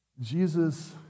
Jesus